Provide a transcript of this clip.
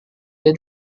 dia